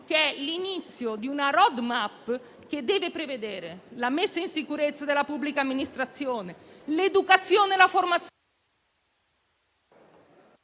che è l'inizio di una *road map* che deve prevedere la messa in sicurezza della pubblica amministrazione, l'educazione e la formazione